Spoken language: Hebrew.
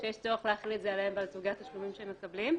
שיש צורך להחיל את זה עליהם ועל סוגי התשלומים שהם מקבלים.